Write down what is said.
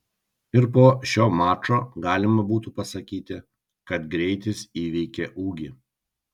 ir po šio mačo galima būtų pasakyti kad greitis įveikė ūgį